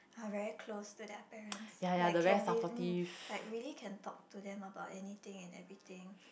are very close to their parents like can real~ mm like really can talk to them about anything and everything